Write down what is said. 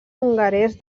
hongarès